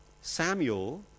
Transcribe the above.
Samuel